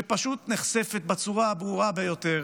שפשוט נחשפת בצורה הברורה ביותר.